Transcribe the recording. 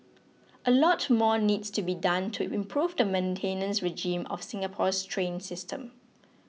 a lot more needs to be done to improve the maintenance regime of Singapore's train system